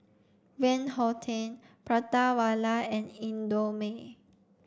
Van Houten Prata Wala and Indomie